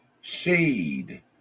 shade